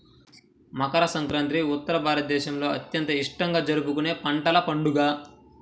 మకర సంక్రాంతి ఉత్తర భారతదేశంలో అత్యంత ఇష్టంగా జరుపుకునే పంటల పండుగ